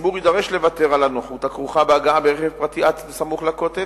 הציבור יידרש לוותר על הנוחות הכרוכה בהגעה ברכב הפרטי עד סמוך לכותל